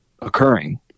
occurring